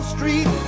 Street